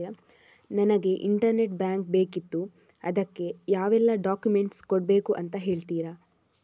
ನನಗೆ internet bank ಬೇಕಿತ್ತು ಅದಕ್ಕೆ ಯಾವೆಲ್ಲಾ ಡಾಕ್ಯುಮೆಂಟ್ಸ್ ಕೊಡ್ಬೇಕು ಅಂತ ಹೇಳ್ತಿರಾ?